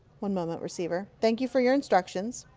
one moment, receiver. thank you for your instruc tions.